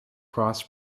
cross